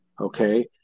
Okay